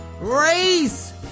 race